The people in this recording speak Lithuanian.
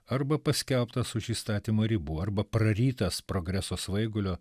arba paskelbtas už įstatymo ribų arba prarytas progreso svaigulio